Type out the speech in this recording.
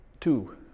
two